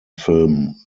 film